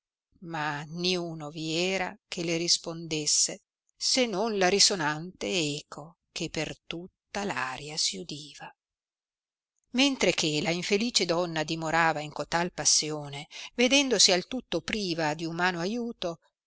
ma niuno vi era che le rispondesse se non la risonante eco che per tutta aria si udiva mentre che la infelice donna dimorava in cotal passione vedendosi al tutto priva di umano aiuto